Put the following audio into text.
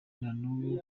nanubu